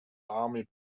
army